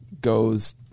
goes